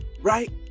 Right